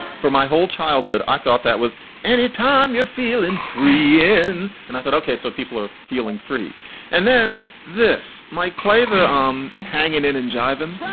for my whole childhood, i thought that was any time you feel in, free in, and i thought, ok, so people are feeling free and then this might play the um hangin in and jivin and.